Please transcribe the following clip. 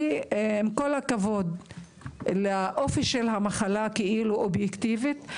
עם כל הכבוד לאופי של המחלה אובייקטיבית,